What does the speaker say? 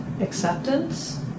acceptance